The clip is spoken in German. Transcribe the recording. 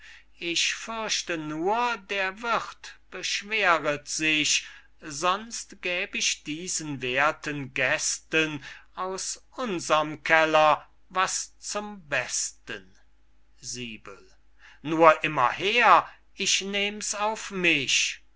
ich fürchte nur der wirth beschweret sich sonst gäb ich diesen werthen gästen aus unserm keller was zum besten nur immer her ich nehm's auf mich